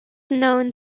known